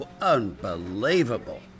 unbelievable